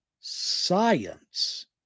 science